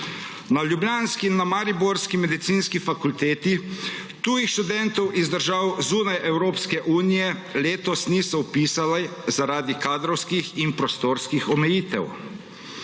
Na ljubljanski in na mariborski medicinski fakulteti tujih študentov iz držav zunaj Evropske unije letos niso vpisali zaradi kadrovskih in prostorskih omejitev.